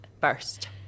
first